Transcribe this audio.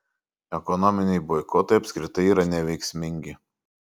ekonominiai boikotai apskritai yra neveiksmingi